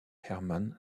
herman